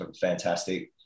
fantastic